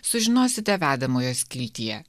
sužinosite vedamojoj skiltyje